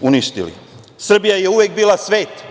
uništili. Srbija je uvek bila svet,